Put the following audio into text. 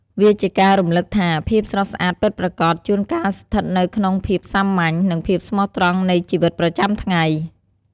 វាជាការរំលឹកថាភាពស្រស់ស្អាតពិតប្រាកដ ជួនកាលស្ថិតនៅក្នុងភាពសាមញ្ញ និងភាពស្មោះត្រង់នៃជីវិតប្រចាំថ្ងៃ។